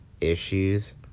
issues